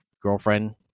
girlfriend